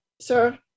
sir